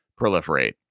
proliferate